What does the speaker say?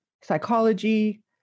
psychology